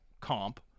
comp